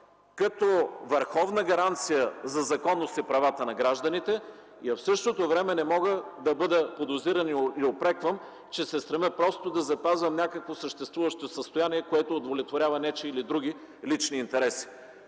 като върховна гаранция за законност и правата на гражданите, и в същото време не мога да бъда подозиран и упрекван, че се стремя просто да запазя някакво съществуващо състояние, което удовлетворява нечии или други лични интереси.